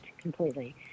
completely